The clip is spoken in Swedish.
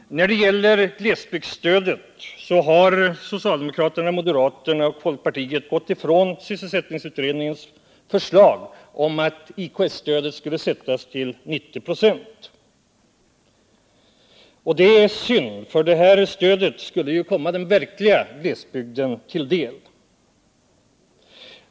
När det gäller glesbygdsstödet har socialdemokraterna, moderaterna och folkpartiet gått ifrån sysselsättningsutredningens förslag om att IKS-stödet skulle vara 90 96. Det är synd, för detta stöd skulle komma den verkliga glesbygden till del.